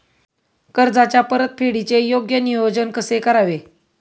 कर्जाच्या परतफेडीचे योग्य नियोजन कसे करावे?